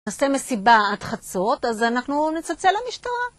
נעשה מסיבה עד חצות, אז אנחנו נצלצל למשטרה.